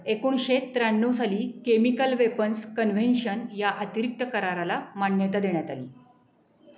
एकोणीसशे त्र्याण्णव साली केमिकल वेपन्स कन्व्हेन्शन या अतिरिक्त कराराला मान्यता देण्यात आली